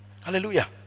hallelujah